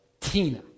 Tina